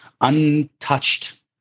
untouched